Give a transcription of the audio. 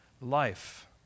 life